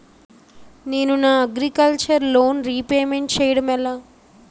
నేను నా agriculture loan repayment చేయడం ఎలా?